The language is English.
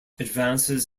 advances